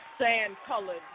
sand-colored